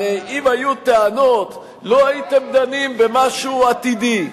הרי אם היו טענות לא הייתם דנים במשהו עתידי.